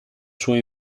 sua